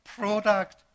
product